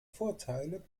vorteile